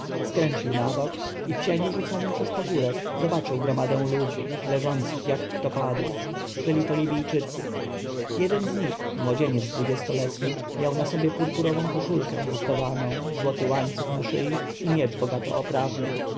skręcił na bok i w cieniu rzuconym przez pagórek zobaczył gromadę ludzi leżących jak który padł byli to libijczycy jeden z nich młodzieniec dwudziestoletni miał na sobie purpurową koszulkę haftowaną złoty łańcuch na szyi i miecz bogato oprawny